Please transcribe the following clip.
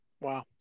Wow